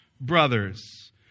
brothers